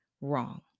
wrong